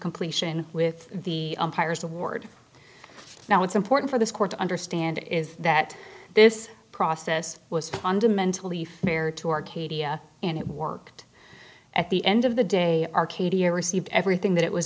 completion with the empire's award now it's important for this court to understand is that this process was fundamentally fair to arcadia and it worked at the end of the day arcadia received everything that it was